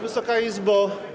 Wysoka Izbo!